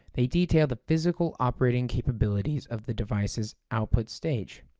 they detail the physical operating capabilities of the device's output stage.